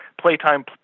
Playtime